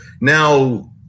now